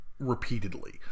Repeatedly